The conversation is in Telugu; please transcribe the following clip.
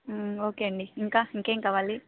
ఓకే అండి ఇంకా ఇంకేం కావాలి